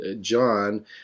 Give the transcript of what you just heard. John